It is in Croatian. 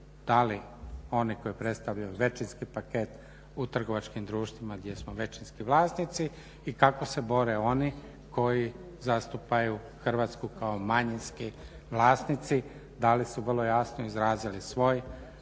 da li oni koji predstavljaju većinski paket u trgovačkim društvima gdje smo većinski vlasnici i kako se bore oni koji zastupaju Hrvatsku kao manjinski vlasnici, da li su vrlo jasno izrazili svoj